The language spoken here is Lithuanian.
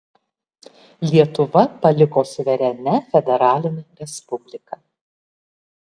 lietuva paliko suverenia federaline respublika